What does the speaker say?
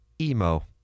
Emo